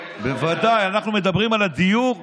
בוודאי, אנחנו מדברים על הדיור הציבורי.